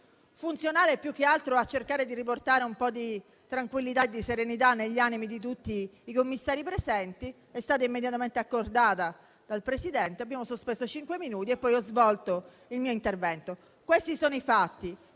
funzionale più che altro a cercare di riportare un po' di tranquillità e di serenità negli animi di tutti i commissari presenti; la sospensione è stata immediatamente accordata dal Presidente, abbiamo sospeso cinque minuti e poi ho svolto il mio intervento. Questi sono i fatti.